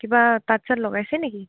কিবা তাঁত চাত লগাইছে নেকি